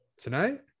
tonight